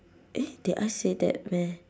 eh did I say that meh